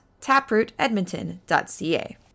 taprootedmonton.ca